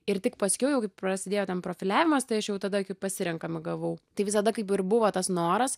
ir tik paskiau jau prasidėjo ten profiliavimas tai aš jau tada kaip pasirenkamą gavau tai visada kaip ir buvo tas noras